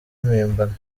mpimbano